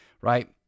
Right